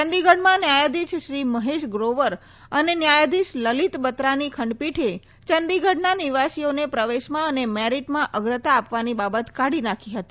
ચંડીગઢમાં ન્યાયાધીશ શ્રી મહેશ ત્રોવર અને ન્યાયાધીશ લલીત બત્રાની ખંડપીઠે ચંડીગઢના નિવાસીઓને પ્રવેશમાં અને મેરીટમાં અગ્રતા આપવાની બાબત કાઢી નાખી હતી